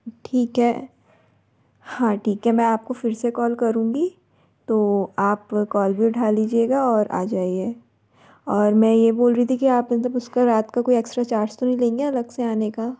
ठीक है हाँ ठीक है मैं आपको फिर से कॉल करूँगी तो आप कॉल भी उठा लीजिएगा और आ जाइए और मैं ये बोल रही थी कि आप एक दम उसका रात का कोई एक्सट्रा चार्ज तो नहीं लेंगे अलग से आने का